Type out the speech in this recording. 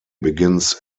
begins